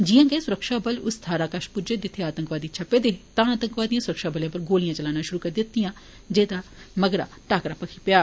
जियां गै सुरक्षा बल उस्स थ्हारै कश पुज्जे जित्थै आंतकवादी छप्पे दे हे तां आतंकवादिएं सुरक्षा बलें पर गोलियां चलाना शुरू करी दित्ता जेदे मगरा टाकरा छिड़ी पेया